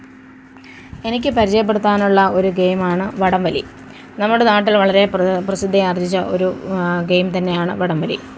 എനിക്ക് പരിചയപ്പെടുത്താനുള്ള ഒര് ഗെയിമാണ് വടംവലി നമ്മുടെ നാട്ടിൽ വളരെ പ്രസിദ്ധി ആർജിച്ച ഒരു ഗെയിം തന്നെയാണ് വടംവലി